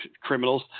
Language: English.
criminals